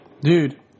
Dude